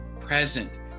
present